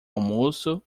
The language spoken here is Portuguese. almoço